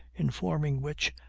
in forming which,